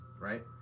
right